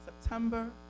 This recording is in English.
September